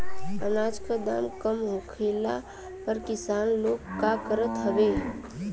अनाज क दाम कम होखले पर किसान लोग का करत हवे?